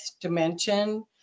dimension